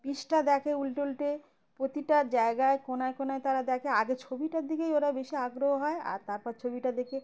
পৃষ্ঠা দেখে উলটে উলটে প্রতিটা জায়গায় কোণায় কোণায় তারা দেখে আগে ছবিটার দিকেই ওরা বেশি আগ্রহ হয় আর তারপর ছবিটা দেখে